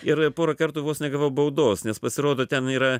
ir porą kartų vos negavau baudos nes pasirodo ten yra